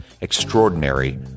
Extraordinary